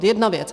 Jedna věc.